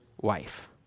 wife